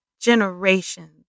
Generations